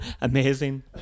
amazing